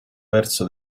verso